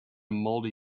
mouldy